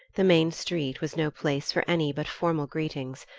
the main street was no place for any but formal greetings,